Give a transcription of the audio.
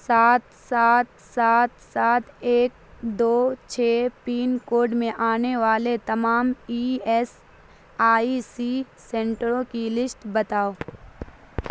سات سات سات سات ایک دو چھ پنکوڈ میں آنے والے تمام ای ایس آئی سی سنٹروں کی لسٹ بتاؤ